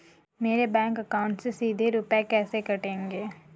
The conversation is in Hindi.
मेरे बैंक अकाउंट से सीधे रुपए कैसे कटेंगे?